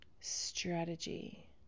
Strategy